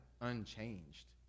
Unchanged